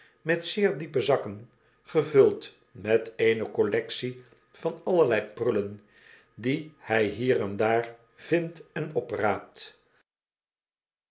met zeer diepe zakken gevuld met eene collectie van allerlei prullen die hy hier en daar vindt en opraapt